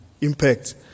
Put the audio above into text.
impact